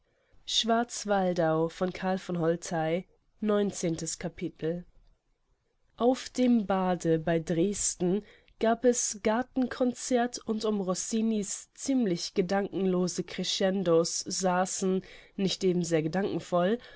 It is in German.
neunzehntes capitel auf dem bade bei dresden gab es gartenconzert und um rossini's ziemlich gedankenlose crescendo's saßen nicht eben sehr gedankenvoll